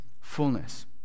fullness